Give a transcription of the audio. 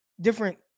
different